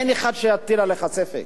אין אחד שיטיל בך ספק.